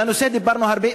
על הנושא דיברנו הרבה,